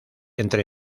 entre